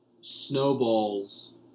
snowballs